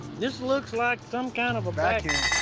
this looks like some kind of a vacuum.